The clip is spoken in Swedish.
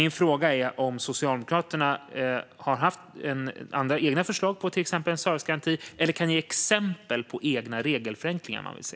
Min fråga är om Socialdemokraterna har haft egna förslag på till exempel en servicegaranti eller kan ge exempel på egna regelförenklingar man vill se.